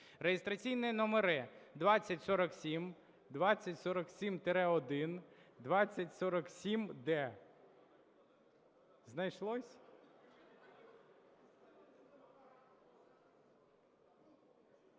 (реєстраційні номери 2047, 2047-1, 2047-д). Знайшлось?